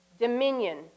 dominion